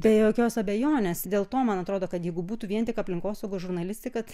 be jokios abejonės dėl to man atrodo kad jeigu būtų vien tik aplinkosaugos žurnalistika